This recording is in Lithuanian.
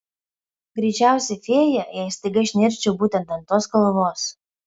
greičiausiai fėja jei staiga išnirčiau būtent ant tos kalvos